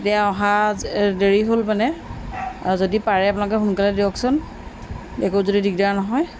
এতিয়া অহা দেৰি হ'ল মানে যদি পাৰে আপোনালোকে সোনকালে দিয়কচোন একো যদি দিগদাৰ নহয়